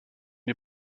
une